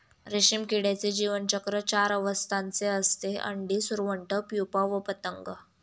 रेशीम किड्याचे जीवनचक्र चार अवस्थांचे असते, अंडी, सुरवंट, प्युपा व पतंग